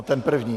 Ten první.